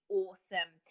awesome